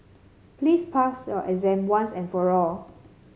please pass your exam once and for all